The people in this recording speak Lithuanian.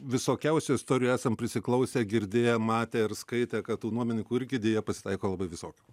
visokiausių istorijų esam prisiklausę girdėję matę ir skaitę kad tų nuomininkų irgi deja pasitaiko labai visokių